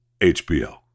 HBO